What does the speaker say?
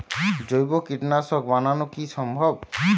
জৈব কীটনাশক বানানো কি সম্ভব?